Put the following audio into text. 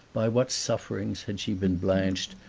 by what sufferings had she been blanched,